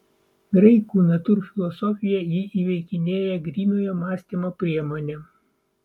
graikų natūrfilosofija jį įveikinėja grynojo mąstymo priemonėm